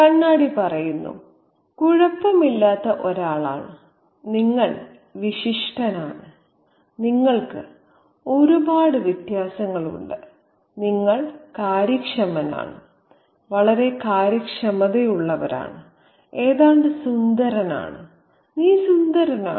കണ്ണാടി പറയുന്നു കുഴപ്പമില്ലാത്ത ഒരാളാണ് നിങ്ങൾ വിശിഷ്ടനാണ് നിങ്ങൾക്ക് ഒരുപാട് വ്യത്യാസങ്ങളുണ്ട് നിങ്ങൾ കാര്യക്ഷമനാണ് വളരെ കാര്യക്ഷമതയുള്ളവരാണ് ഏതാണ്ട് സുന്ദരനാണ് നീ സുന്ദരനാണ്